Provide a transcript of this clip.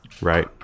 Right